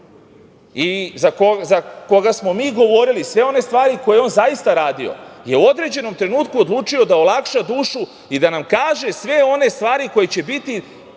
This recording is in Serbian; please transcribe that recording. i za koga smo mi govorili sve one stvari koje je on zaista radio je u određenom trenutku odlučio da olakša dušu i da nam kaže sve one stvari koje će biti